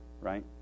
right